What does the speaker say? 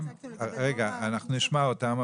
אנחנו נשמע אותם,